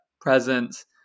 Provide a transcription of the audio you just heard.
presence